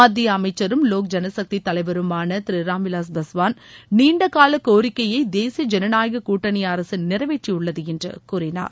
மத்திய அமைச்சரும் லோக் ஜனசக்தி தலைவருமான திரு ராம்விலாஸ் பாஸ்வான் நீண்டகால கோரிக்கையை தேசிய ஜனநாயக கூட்டணி அரசு நிறைவேற்றியுள்ளது என்று கூறினார்